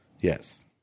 Yes